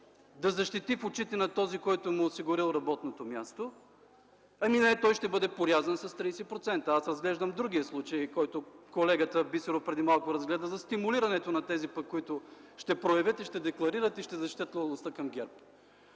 си в очите на този, който му е осигурил работното място, ами той ще бъде порязан с 30%! Аз разглеждам другия случай, който колегата Бисеров преди малко засегна – за стимулирането на тези, които ще декларират, ще проявят и ще защитят лоялността към ГЕРБ.